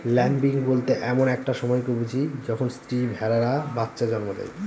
lambing বলতে এমন একটা সময়কে বুঝি যখন স্ত্রী ভেড়ারা বাচ্চা জন্ম দেয়